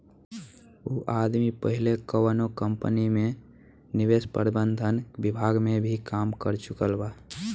उ आदमी पहिले कौनो कंपनी में निवेश प्रबंधन विभाग में भी काम कर चुकल बा